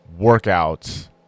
workouts